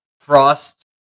frost